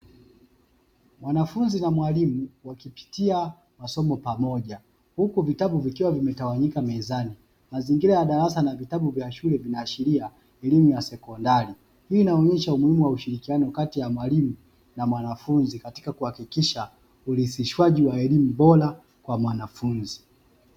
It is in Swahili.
Mwanafunzi na mwalimu wakipitia masomo pamoja, huku vitabu vikiwa vimetawanyika mezani, mazingira ya darasa na vitabu vya shule vinaashiria elimu ya sekondari, hii inaonyesha umuhimu wa ushirikiano kati ya mwalimu na mwanafunzi katika kuhakikisha urithishwaji wa elimu bora kwa mwanafunzi.